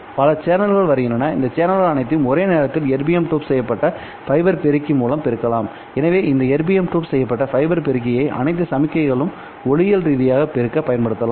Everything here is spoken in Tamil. பல சேனல்கள் வருகின்றன இந்த சேனல்கள் அனைத்தையும் ஒரே நேரத்தில் எர்பியம் டோப் செய்யப்பட்ட ஃபைபர் பெருக்கி மூலம் பெருக்கலாம் எனவே இந்த எர்பியம் டோப் செய்யப்பட்ட ஃபைபர் பெருக்கியைப் அனைத்து சமிக்ஞைகளும் ஒளியியல் ரீதியாக பெருக்க பயன்படுத்தலாம்